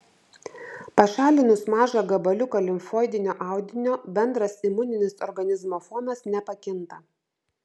pašalinus mažą gabaliuką limfoidinio audinio bendras imuninis organizmo fonas nepakinta